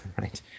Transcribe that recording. right